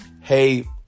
hey